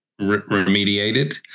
remediated